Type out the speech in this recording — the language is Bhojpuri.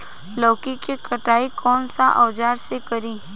लौकी के कटाई कौन सा औजार से करी?